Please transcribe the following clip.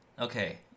Okay